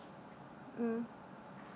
mm